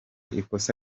ikosa